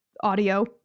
audio